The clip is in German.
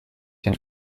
den